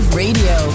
radio